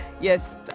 yes